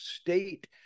state